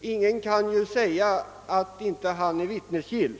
Ingen kan ju säga att han inte är vittnesgill.